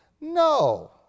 No